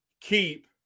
keep